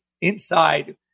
inside